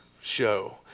show